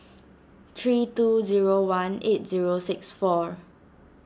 three two zero one eight zero six four